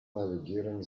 navigieren